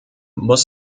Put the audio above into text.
muss